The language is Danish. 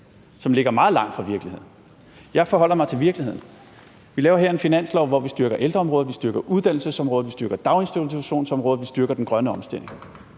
som ligger meget langt fra virkeligheden. Jeg forholder mig til virkeligheden. Vi laver her en finanslov, hvor vi styrker ældreområdet, hvor vi styrker uddannelsesområdet, hvor vi styrker daginstitutionsområdet, og hvor vi styrker den grønne omstilling.